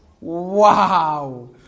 Wow